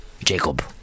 Jacob